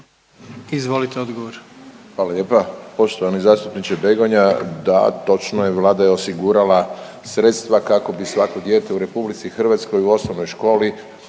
Izvolite odgovor.